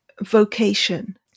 vocation